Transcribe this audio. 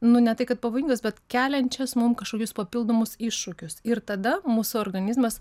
nu ne tai kad pavojingas bet keliančias mum kažkokius papildomus iššūkius ir tada mūsų organizmas